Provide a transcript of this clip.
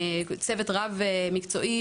צוות רב ומקצועי,